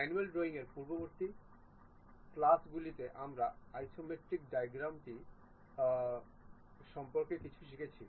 manual ড্রইংয়ের পূর্ববর্তী ক্লাসগুলিতে আমরা আইসোমেট্রিক ডাইমেট্রিক ট্রাইমেট্রিক সম্পর্কে কিছু শিখেছি